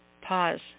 pause